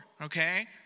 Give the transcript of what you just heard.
okay